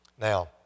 Now